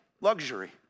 luxury